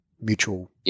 mutual